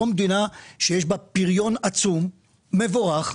זו מדינה שיש בה פריון עצום ומבורך,